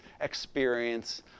experience